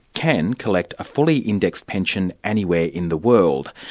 can collect a fully-indexed pension anywhere in the world.